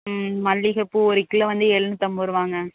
ம் மல்லிகை பூ ஒரு கிலோ வந்து எழுநூத்தம்பது ரூவாங்க